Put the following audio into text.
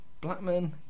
Blackman